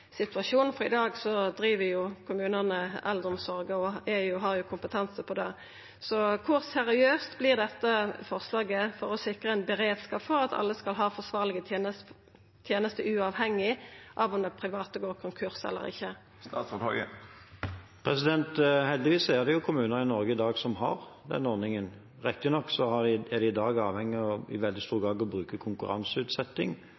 situasjonen av i dag, for i dag driv jo kommunane eldreomsorga og har kompetanse på det. Så kor seriøst vert dette forslaget når det gjeld å sikra ein beredskap for at alle skal ha forsvarlege tenester, uavhengig av om dei private går konkurs eller ikkje? Heldigvis er det jo kommuner i Norge i dag som har denne ordningen. Riktignok er de i dag i veldig stor